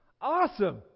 Awesome